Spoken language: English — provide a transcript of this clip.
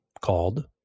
called